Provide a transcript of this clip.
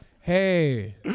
Hey